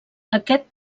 aquest